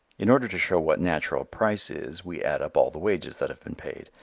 in order to show what natural price is, we add up all the wages that have been paid,